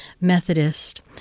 Methodist